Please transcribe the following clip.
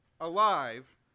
alive